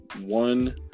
one